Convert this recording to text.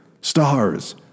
Stars